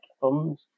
funds